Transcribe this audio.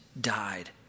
died